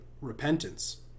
repentance